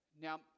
now